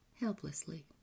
helplessly